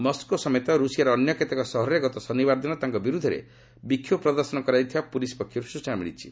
Moscow ସମେତ ର୍ଷିଆର ଅନ୍ୟ କେତେକ ସହରରେ ଗତ ଶନିବାର ଦିନ ତାଙ୍କ ବିର୍ଦ୍ଧରେ ବିକ୍ଷୋଭ ପ୍ରଦର୍ଶନ କରାଯାଇଥିବା ପ୍ରଲିସ୍ ପକ୍ଷର୍ ସ୍ବଚନା ମିଳିଛି